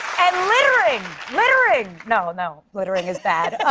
and littering! littering! no, no, littering is bad.